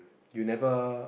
you never